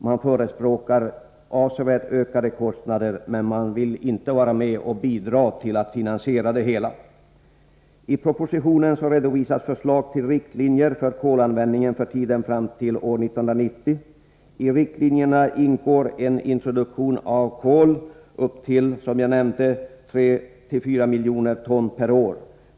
Man förespråkar avsevärt ökade kostnader, men man vill inte bidra till finansieringen av det hela. I propositionen redovisas förslag till riktlinjer för kolanvändningen för tiden fram till år 1990. I riktlinjerna ingår en introduktion av kol upp till, som jag nämnde, en användningsnivå på 34 miljoner ton per år.